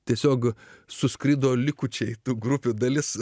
tiesiog suskrido likučiai tų grupių dalis